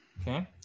Okay